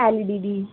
L E D the